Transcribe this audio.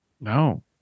No